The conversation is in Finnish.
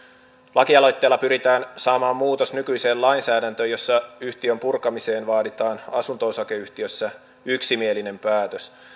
lakialoitteella pyritään saamaan muutos nykyiseen lainsäädäntöön jossa yhtiön purkamiseen vaaditaan asunto osakeyhtiössä yksimielinen päätös